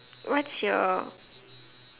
what's your